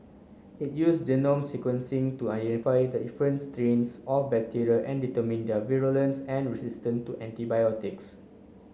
it use genome sequencing to identify the difference strains of bacteria and determine their virulence and resistance to antibiotics